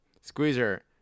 Squeezer